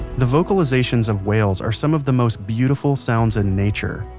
the vocalizations of whales are some of the most beautiful sounds in nature.